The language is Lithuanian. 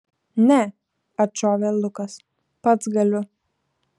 ne atšovė lukas pats galiu